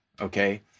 Okay